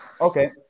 Okay